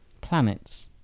Planets